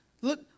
look